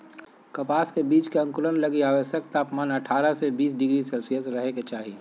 कपास के बीज के अंकुरण लगी आवश्यक तापमान अठारह से बीस डिग्री सेल्शियस रहे के चाही